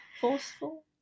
Forceful